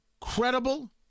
Credible